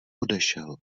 odešel